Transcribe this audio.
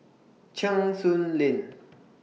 Cheng Soon Lane